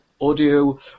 audio